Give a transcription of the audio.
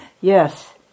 Yes